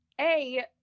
a-